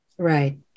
Right